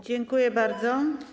Dziękuję bardzo.